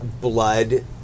blood